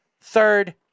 third